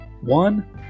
One